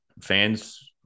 Fans